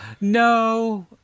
No